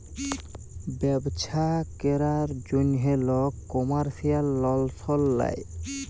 ব্যবছা ক্যরার জ্যনহে লক কমার্শিয়াল লল সল লেয়